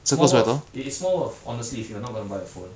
it's more worth it is more worth if you are not going to buy a phone